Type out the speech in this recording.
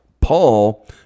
Paul